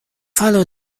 falo